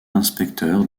inspecteur